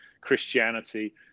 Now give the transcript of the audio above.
Christianity